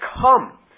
come